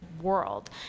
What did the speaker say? world